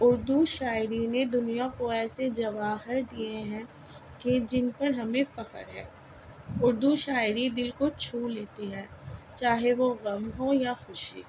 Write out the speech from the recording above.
اردو شاعری نے دنیا کو ایسے جواہر دیے ہیں کہ جن پر ہمیں فخر ہے اردو شاعری دل کو چھو لیتی ہے چاہے وہ غم ہو یا خوشی